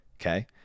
Okay